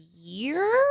year